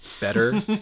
better